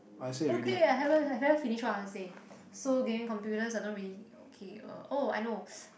okay I haven't I haven't finished what I want to say so gaming computers I don't really okay oh I know